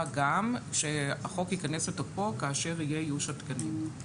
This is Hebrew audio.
גם שהחוק יכנס לתוקפו כאשר יהיה איוש התקנים,